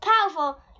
powerful